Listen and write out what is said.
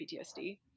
PTSD